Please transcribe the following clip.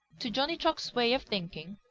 to johnny chuck's way of thinking,